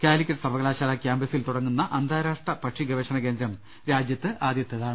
കാലിക്കറ്റ് സർവകലാശാല ക്യാമ്പസിൽ തുടങ്ങുന്ന അന്താരാഷ്ട്ര പക്ഷിഗവേഷണ കേന്ദ്രം രാജ്യത്ത് ആദ്യത്തേതാണ്